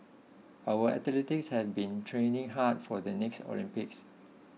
our athletes have been training hard for the next Olympics